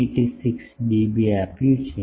86 dB આપ્યું છે